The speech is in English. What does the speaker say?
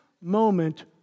moment